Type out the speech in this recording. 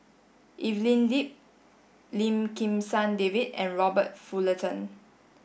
Evelyn Lip Lim Kim San David and Robert Fullerton